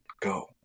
go